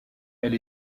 elle